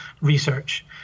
research